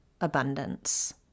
abundance